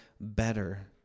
better